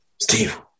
Steve